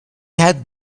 had